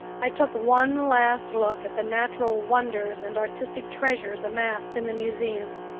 i took one last look at the natural wonders and artistic treasures amassed in the museum,